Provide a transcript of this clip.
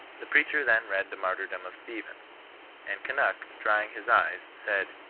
the preacher then read the martyrdom of stephen and kunnuk, dry ing his eyes, said,